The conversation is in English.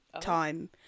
time